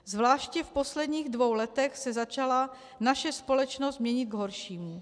Zvláště v posledních dvou letech se začala naše společnost měnit k horšímu.